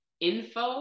info